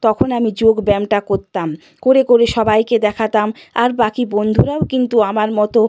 তখন আমি যোগব্যায়ামটা করতাম করে করে সবাইকে দেখাতাম আর বাকি বন্ধুরাও কিন্তু আমার মতো